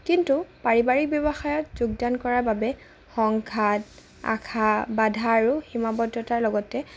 কিন্তু পাৰিবাৰিক ব্যৱসায়ত যোগদান কৰাৰ বাবে সংঘাত আশা বা ধাৰো সীমাবদ্ধতাৰ লগতে